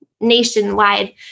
nationwide